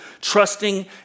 trusting